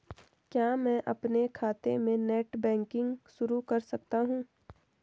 क्या मैं अपने खाते में नेट बैंकिंग शुरू कर सकता हूँ?